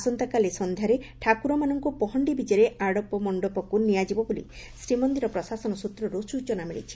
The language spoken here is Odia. ଆସନ୍ତାକାଲି ସଂଧ୍ଘାରେ ଠାକୁରମାନଙ୍କୁ ପହଣ୍ତି ବିକେରେ ଆଡପ ମଣ୍ଡପକୁ ନିଆଯିବ ବୋଲି ଶ୍ରୀମନିର ପ୍ରଶାସନ ସୂତ୍ରରୁ ସୂଚନା ମିଳିଛି